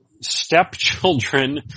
stepchildren